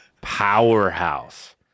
Powerhouse